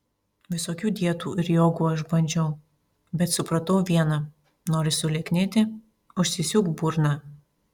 visokių dietų ir jogų aš bandžiau bet supratau viena nori sulieknėti užsisiūk burną